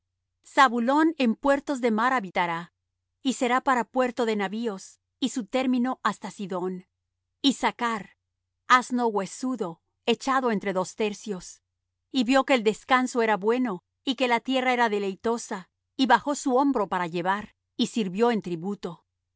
leche zabulón en puertos de mar habitará y será para puerto de navíos y su término hasta sidón issachr asno huesudo echado entre dos tercios y vió que el descanso era bueno y que la tierra era deleitosa y bajó su hombro para llevar y sirvió en tributo